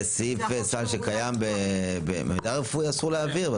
זה סעיף סל שקיים במידע רפואי אסור להעביר.